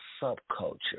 subculture